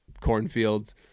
cornfields